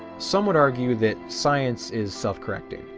some would argue that science is self-correcting.